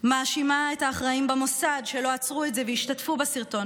מאשימה את האחראים במוסד שלא עצרו את זה והשתתפו בסרטון,